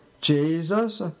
Jesus